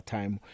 Time